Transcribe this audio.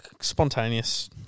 Spontaneous